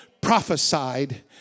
prophesied